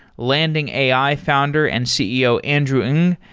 landing ai founder and ceo, andrew ng,